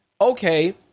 okay